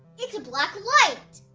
it's a black light!